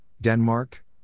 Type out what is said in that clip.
Denmark